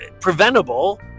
preventable